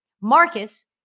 Marcus